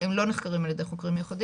הם לא נחקרים על ידי חוקרים מיוחדים,